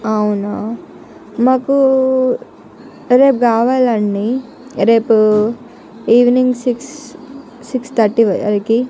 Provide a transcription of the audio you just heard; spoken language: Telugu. అవునా మాకు రేపు కావాలండి రేపు ఈవెనింగ్ సిక్స్ సిక్స్ థర్టీ వరకు